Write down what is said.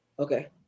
Okay